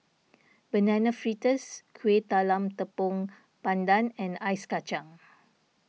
Banana Fritters Kueh Talam Tepong Pandan and Ice Kacang